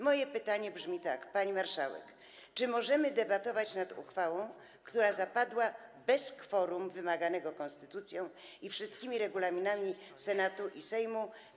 Moje pytanie brzmi tak, pani marszałek: Czy możemy debatować nad uchwałą, która zapadła bez kworum wymaganego konstytucją i wszystkimi regulaminami - Senatu i Sejmu?